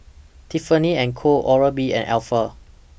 Tiffany and Co Oral B and Alf